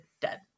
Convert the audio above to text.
dead